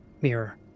mirror